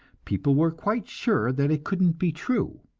people were quite sure that it couldn't be true.